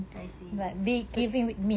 I see so